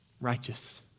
Righteous